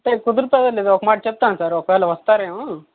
sir కుదురుతుందో లేదో ఒక మాట చెప్తాను సార్ ఒక వేళ వస్తారేమో